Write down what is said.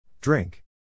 Drink